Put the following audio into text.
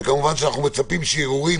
וכמובן שאנחנו מצפים שערעורים יעברו,